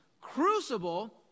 Crucible